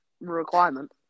Requirement